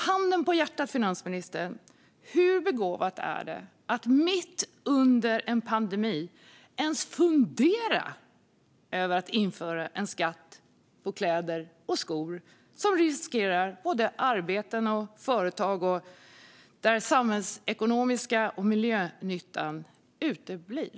Handen på hjärtat, finansministern: Hur begåvat är det att mitt under en pandemi ens fundera över att införa en skatt på kläder och skor som riskerar både arbeten och företag och där samhällsekonomisk nytta och miljönytta uteblir?